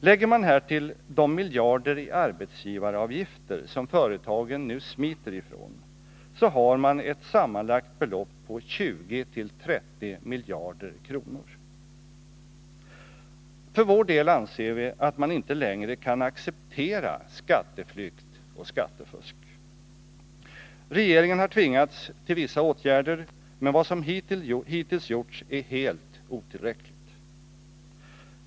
Lägger man härtill de miljarder i arbetsgivaravgifter, som företagen nu smiter ifrån, så har man ett sammanlagt belopp på 20-30 miljarder kronor. För vår del anser vi att man inte längre kan acceptera skatteflykt och skattefusk. Regeringen har tvingats till vissa åtgärder, men vad som hittills gjorts är helt otillräckligt.